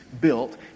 built